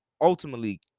ultimately